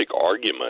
argument